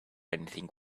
anything